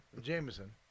Jameson